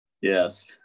Yes